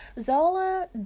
zola